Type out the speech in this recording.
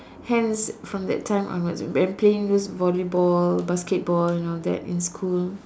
hence from that time onwards when playing this volleyball basketball and all that in school